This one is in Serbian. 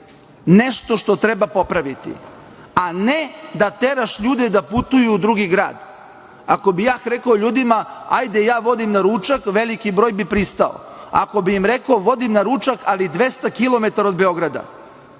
nešto što treba popraviti, a ne da teraš ljude da putuju u drugi grad. Ako bih ja rekao ljudima – hajde, ja vodim na ručak, veliki broj bi pristao, ako bi im rekao – vodim na ručak, ali 200 kilometara od Beograda,